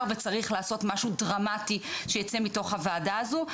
וצריך לעשות משהו דרמטי שייצא מתוך הוועדה הזו,